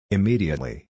Immediately